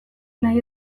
nahi